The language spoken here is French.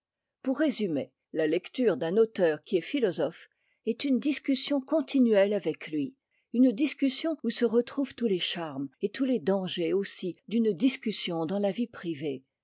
pour résumer la lecture d'un auteur qui est philosophe est une discussion continuelle avec lui une discussion où se retrouvent tous les charmes et tous les dangers aussi d'une discussion dans la vie privée